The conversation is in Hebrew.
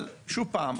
אבל עוד פעם,